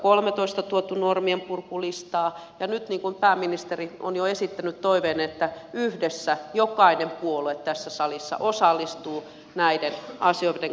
ja nyt pääministeri on esittänyt toiveen että yhdessä osallistumme jokainen puolue tässä salissa osallistuu näiden asioiden kaivamiseen